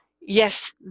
Yes